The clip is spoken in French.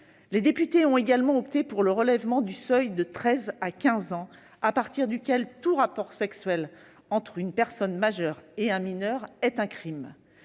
Les députés ont également opté pour le relèvement de 13 ans à 15 ans du seuil à partir duquel tout rapport sexuel entre une personne majeure et un mineur est un crime.